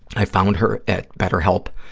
i found her at betterhelp.